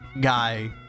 guy